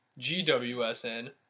GWSN